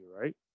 right